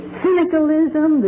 cynicalism